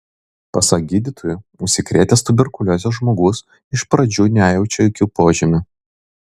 pasak gydytojų užsikrėtęs tuberkulioze žmogus iš pradžių nejaučia jokių požymių